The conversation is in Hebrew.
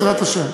בעזרת השם.